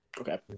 Okay